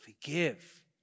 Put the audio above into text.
Forgive